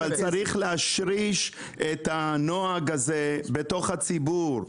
אבל צריך להשריש את הנוהג הזה בתוך הציבור,